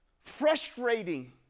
frustrating